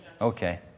Okay